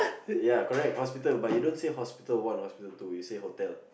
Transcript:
ya correct hospital but you don't say hospital one or hospital two you say hotel